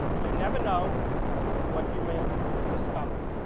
you never know what you may discover.